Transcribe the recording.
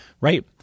right